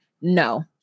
No